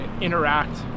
interact